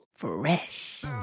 Fresh